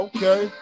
Okay